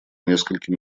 нескольким